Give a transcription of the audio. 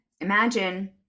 imagine